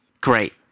Great